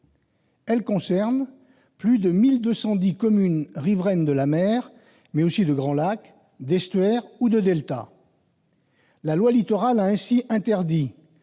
Elle concerne plus de 1 210 communes riveraines de la mer, mais aussi de grands lacs, d'estuaires ou de deltas. La loi Littoral a ainsi interdit